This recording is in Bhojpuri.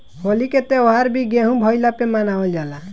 होली के त्यौहार भी गेंहू भईला पे मनावल जाला